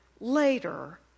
later